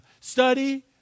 Study